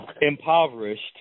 impoverished